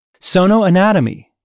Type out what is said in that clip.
Sonoanatomy